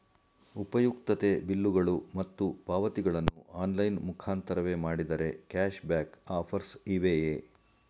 ಉಪಯುಕ್ತತೆ ಬಿಲ್ಲುಗಳು ಮತ್ತು ಪಾವತಿಗಳನ್ನು ಆನ್ಲೈನ್ ಮುಖಾಂತರವೇ ಮಾಡಿದರೆ ಕ್ಯಾಶ್ ಬ್ಯಾಕ್ ಆಫರ್ಸ್ ಇವೆಯೇ?